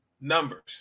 numbers